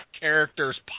characters